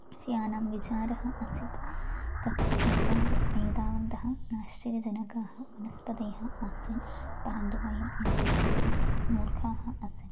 विषयाणां विचारः असीत् तत्र एतावत् एतावन्तः आश्चर्यजनकाः वनस्पतयः आसन् परन्तु वयं ज्ञातुम् अति भूमिः मूर्धा आसन्